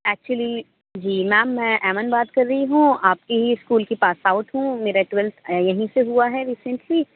actually جی ma'am میں ایمن بات کر رہی ہوں آپ کی ہی اسکول کی پاس آؤٹ ہوں میرا ٹویلتھ یہیں سے ہوا ہے ریسینٹلی